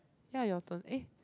ya your turn eh